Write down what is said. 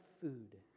food